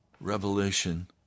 Revelation